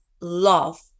love